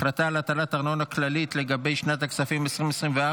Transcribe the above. החלטה על הטלת ארנונה כללית לגבי שנת הכספים 2024),